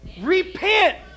Repent